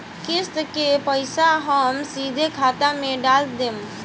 किस्त के पईसा हम सीधे खाता में डाल देम?